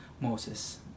Moses